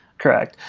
correct.